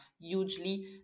hugely